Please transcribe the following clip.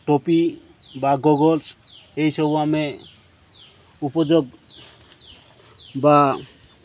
ଟୋପି ବା ଗଗଲ୍ସ ଏହିସବୁ ଆମେ ଉପଯୋଗ ବା